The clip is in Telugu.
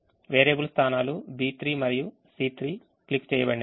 వేరియబుల్ స్థానాలు B3 మరియు C3 క్లిక్ చేయబడినవి